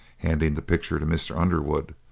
handing the picture to mr. underwood,